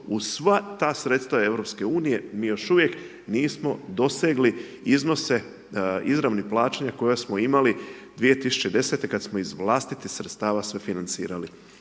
uz sva ta sredstva EU, mi još uvijek nismo dosegli iznose izravnih plaćanja koje smo imali 2010. kada smo iz vlastitih sredstava sve financirali.